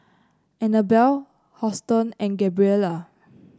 Annabel Houston and Gabriella